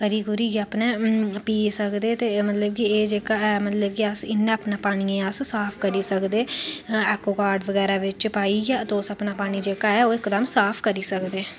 बाकी जेह्का पानी ऐ ओह् साफ करी कुरी पी सकदे मतलब के इन्ना तुस अपना पानी साफ करी सकदे एक्वागार्ड बगैरा च पाइयै तुस अपना पानी जेह्का ऐ ओह् एकदम साफ करी सकदे